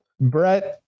Brett